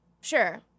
Sure